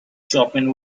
chopin